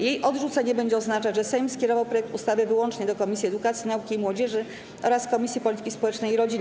Jej odrzucenie będzie oznaczać, że Sejm skierował projekt ustawy wyłącznie do Komisji Edukacji, Nauki i Młodzieży oraz Komisji Polityki Społecznej i Rodziny.